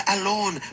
alone